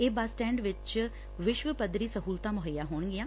ਇਹ bus stand ਵਿਚ ਵਿਸ਼ਵ ਪੱਧਰੀ ਸਹੁਲਤਾਂ ਮੁਹੱਈਆ ਹੋਣਗੀਆਂ